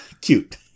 Cute